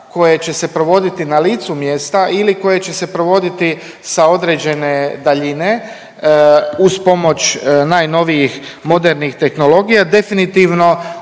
koje će se provoditi na licu mjesta ili koje će se provoditi sa određene daljine uz pomoć najnovijih modernih tehnologija